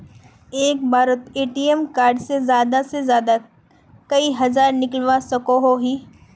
एक बारोत ATM card से ज्यादा से ज्यादा कई हजार निकलवा सकोहो ही?